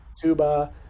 tuba